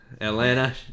Atlanta